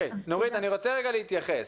נורית, אני רוצה רגע להתייחס.